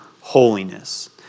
holiness